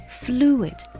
fluid